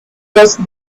crossed